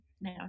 now